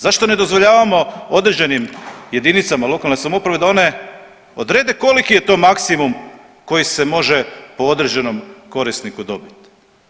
Zašto ne dozvoljavamo određenim jedinicama lokalne samouprave da one odrede koliki je to maksimu koji se može po određenom korisniku dobit?